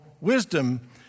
wisdom